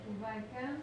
התשובה היא כן.